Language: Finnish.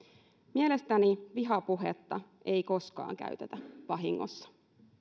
mielestäni vihapuhetta ei koskaan käytetä vahingossa